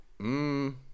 Mmm